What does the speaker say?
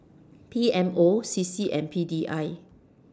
P M O C C and P D I